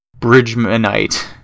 Bridgmanite